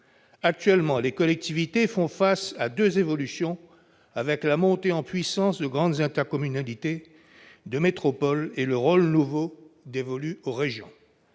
Actuellement, les collectivités font face à deux évolutions avec la montée en puissance de grandes intercommunalités, de métropoles et le rôle nouveau dévolu aux régions.